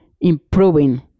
improving